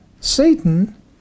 Satan